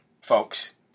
folks